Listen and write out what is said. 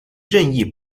任意